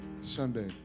Sunday